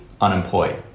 unemployed